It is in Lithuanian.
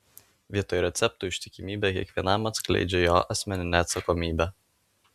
vietoj receptų ištikimybė kiekvienam atskleidžia jo asmeninę atsakomybę